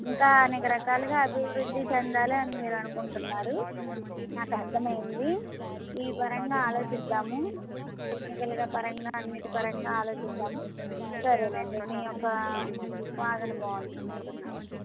ఇంకా అనేక రకాలుగా అభివృద్ది చెందాలి అని మీరు అనుకుంటున్నారు నాకర్థమయ్యింది ఈ పరంగా ఆలోచిద్దాము టెక్నికల్ పరంగా అన్నిటి పరంగా ఆలోచిద్దాము సరేనండి మీ యొక్క వాదన బాగుంది ఉంటున్నా